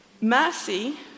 Mercy